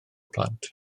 plant